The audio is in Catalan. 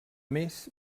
més